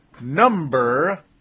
number